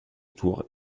tours